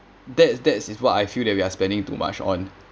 that's that's is what I feel that we are spending too much on